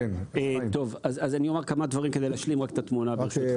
אומר כמה דברים כדי להשלים את התמונה, ברשותך.